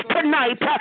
Tonight